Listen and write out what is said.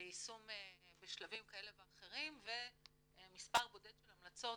ביישום בשלבים כאלה ואחרים ומספר בודד של המלצות